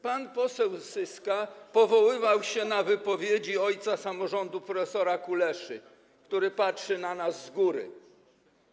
Pan poseł Zyska powoływał się na wypowiedzi ojca samorządu, prof. Kuleszy, który patrzy na nas z góry.